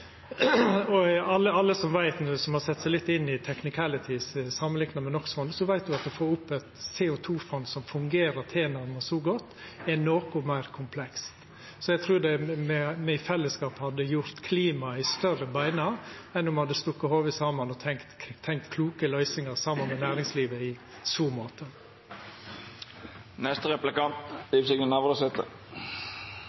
verkar. Alle som har sett seg litt inn i «technicalities» i samband med NO X -fondet, veit at å få til eit CO 2 -fond som fungerer tilnærma like godt, er noko meir komplekst. Så eg trur me i fellesskap hadde gjort klimaet ei større beine om me hadde stukke hovuda saman og tenkt fram kloke løysingar saman med næringslivet i